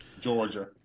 Georgia